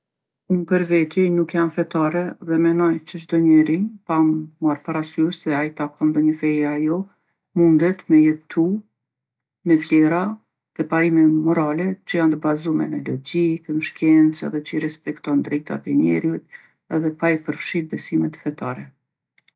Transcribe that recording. Unë për veti nuk jam fetare dhe menoj që çdo njeri, pa marrë parasysh se a i takon ndonjë feje a jo, mundet me jetu me vlera dhe parime morale që janë t'bazume në logikë, n'shkencë edhe që i respekton drejtat e njeriut edhe pa i përfshi besimet fetare.